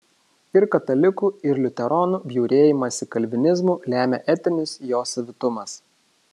ir katalikų ir liuteronų bjaurėjimąsi kalvinizmu lemia etinis jo savitumas